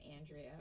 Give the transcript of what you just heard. Andrea